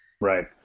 Right